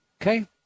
Okay